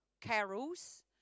carols